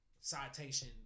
citation